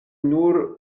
nur